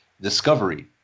Discovery